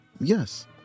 Yes